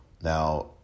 Now